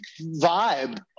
vibe